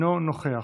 אינו נוכח,